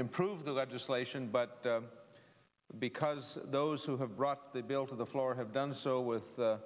improve the legislation but because those who have brought the bill to the floor have done so with the